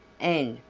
and,